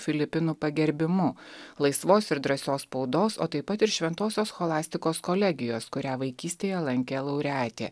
filipinų pagerbimu laisvos ir drąsios spaudos o taip pat ir šventosios scholastikos kolegijos kurią vaikystėje lankė laureatė